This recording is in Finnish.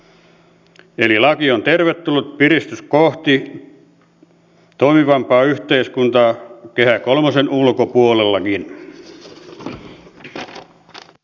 eli laki on tervetullut piristys kohti toimivampaa yhteiskuntaa kehä kolmosen ulkopuolella niin nyt pitää a